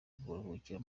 buruhukiro